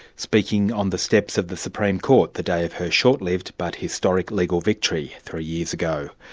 speaking on the steps of the supreme court the day of her short-lived but historical legal victory three years ago.